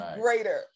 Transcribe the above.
greater